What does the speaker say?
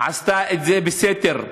עשתה את זה בסתר,